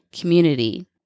community